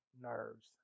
nerves